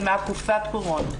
זה מהקופסת קורונה.